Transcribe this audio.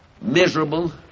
miserable